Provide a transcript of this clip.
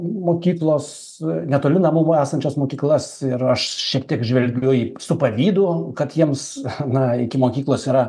mokyklos netoli namų esančias mokyklas ir aš šiek tiek žvelgiu į su pavydu kad jiems na iki mokyklos yra